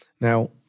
Now